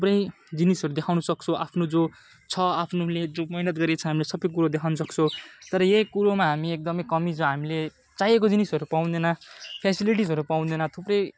थुप्रै जिनिसहरू देखाउन सक्छौँ आफ्नो जो छ आफ्नो जो मेहनत गरेको छ सबै कुरो देखाउन सक्छौँ तर यही कुरोमा हामी एकदम कमी छ हामीले चाहिएको जिनिसहरू पाउँदैन फेसिलिटिजहरू पाउँदैन थुप्रै